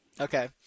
Okay